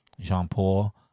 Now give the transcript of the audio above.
Jean-Paul